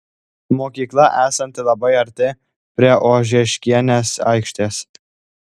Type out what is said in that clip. mokykla esanti labai arti prie ožeškienės aikštės